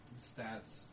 stats